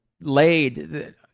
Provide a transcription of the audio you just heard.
laid